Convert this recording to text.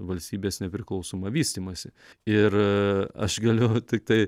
valstybės nepriklausomą vystymąsi ir aš galiu tiktai